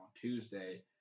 Tuesday